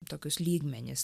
tokius lygmenis